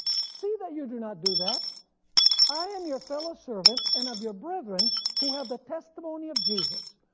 see that you do not do that i am your fellow servant, and of your brethren who have the testimony of jesus,